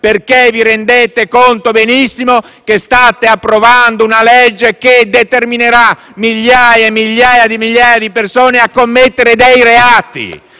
perché vi rendete conto benissimo che state approvando una legge che determinerà migliaia di migliaia di persone a commettere dei reati.